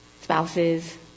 spouses